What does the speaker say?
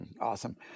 Awesome